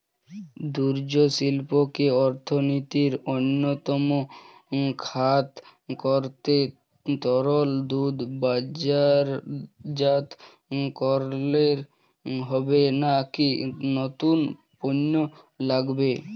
দুগ্ধশিল্পকে অর্থনীতির অন্যতম খাত করতে তরল দুধ বাজারজাত করলেই হবে নাকি নতুন পণ্য লাগবে?